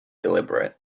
deliberate